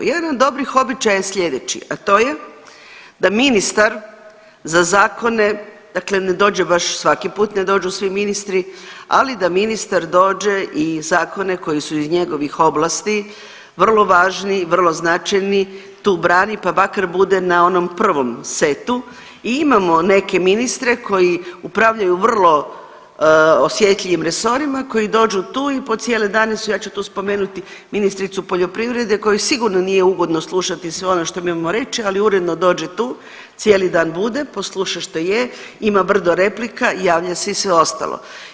Jedan od dobrih običaja je slijedeći, a to je da ministar za zakone dakle ne dođe baš svaki put, ne dođu svi ministri, ali da ministar dođe i zakone koji su iz njegovih oblasti vrlo važni i vrlo značajni tu brani, pa makar bude na onom prvom setu i imamo neke ministre koji upravljaju u vrlo osjetljivim resorima koji dođu tu i po cijele dane su, ja ću tu spomenuti ministricu poljoprivrede kojoj sigurno nije ugodno slušati sve ono što mi imamo reći, ali uredno dođe tu, cijeli dan bude, posluša što je, ima brdo replika i javlja se i sve ostalo.